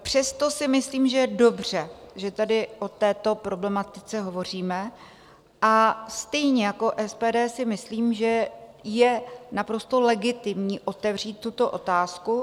Přesto si myslím, že je dobře, že tady o této problematice hovoříme, a stejně jako SPD si myslím, že je naprosto legitimní otevřít tuto otázku.